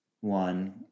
one